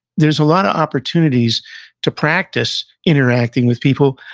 there's a lot of opportunities to practice interacting with people,